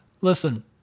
Listen